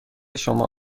شما